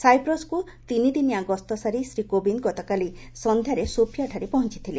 ସାଇପ୍ରସ୍କୁ ତିନି ଦିନିଆ ଗସ୍ତ ସାରି ଶ୍ରୀ କୋବିନ୍ଦ ଗତକାଲି ସନ୍ଧ୍ୟାରେ ସୋଫିଆରେ ଯାଇ ପହଞ୍ଚିଥିଲେ